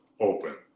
open